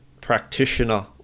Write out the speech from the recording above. practitioner